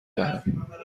دهم